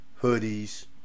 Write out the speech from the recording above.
hoodies